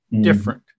different